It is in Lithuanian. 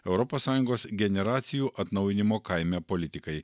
europos sąjungos generacijų atnaujinimo kaime politikai